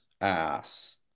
ass